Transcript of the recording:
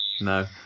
no